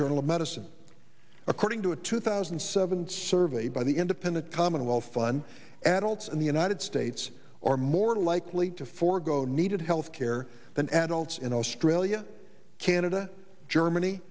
journal of medicine according to a two thousand and seven survey by the independent commonwealth fund adults in the united states are more likely to forego needed health care than adults in australia canada germany